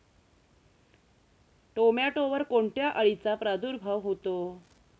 टोमॅटोवर कोणत्या अळीचा प्रादुर्भाव होतो?